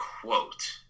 quote